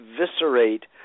eviscerate